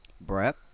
Brett